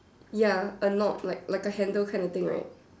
ya a knob like like a handle kind of thing like that